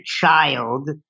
child